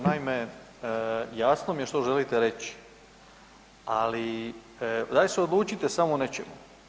Naime, jasno mi je što želite reći, ali daj se odlučite samo u nečemu.